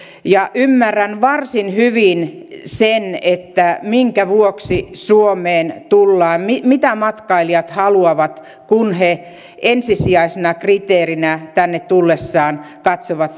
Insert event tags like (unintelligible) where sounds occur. ymmärrän varsin hyvin sen minkä vuoksi suomeen tullaan mitä matkailijat haluavat kun he ensisijaisena kriteerinä tänne tullessaan katsovat (unintelligible)